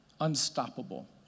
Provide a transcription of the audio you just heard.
Unstoppable